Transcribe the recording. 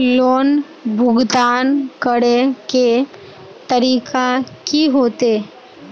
Loan भुगतान करे के तरीका की होते?